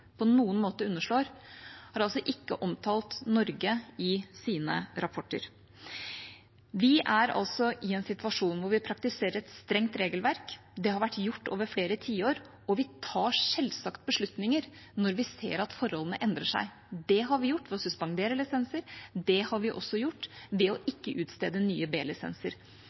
på noen måte underslår, er altså ikke Norge omtalt. Vi er i en situasjon hvor vi praktiserer et strengt regelverk. Det har vært gjort over flere tiår, og vi tar selvsagt beslutninger når vi ser at forholdene endrer seg. Det har vi gjort ved å suspendere lisenser, det har vi også gjort ved ikke å utstede nye